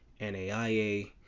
NAIA